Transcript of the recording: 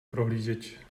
prohlížeč